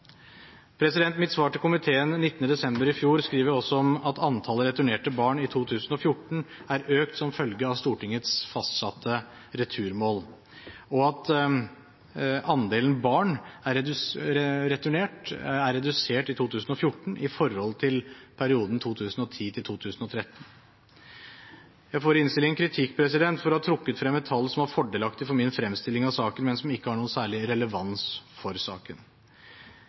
mitt svar til komiteen 19. desember i fjor skriver jeg også om at antallet returnerte barn i 2014 er økt som følge av Stortingets fastsatte returmål, og at andelen returnerte barn er redusert i 2014 i forhold til perioden 2010–2013. Jeg får i innstillingen kritikk for å ha trukket frem et tall som er fordelaktig for min fremstilling av saken, men som ikke har noen særlig relevans for saken.